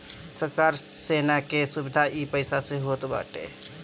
सरकार सेना के सुविधा इ पईसा से होत बाटे